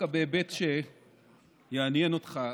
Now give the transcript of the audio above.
דווקא בהיבט שיעניין אותך,